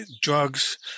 drugs